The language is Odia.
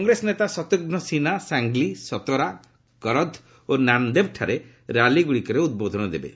କଂଗ୍ରେସ ନେତା ଶତ୍ରୁଘ୍ନ ସିହ୍ନା ସାଂଗ୍ଲି ସତରା କରଦ୍ ଓ ନାନ୍ଦେବ ଠାରେ ର୍ୟାଲିଗୁଡ଼ିକରେ ଉଦ୍ବୋଧନ ଦେବେ